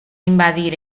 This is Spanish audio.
invadir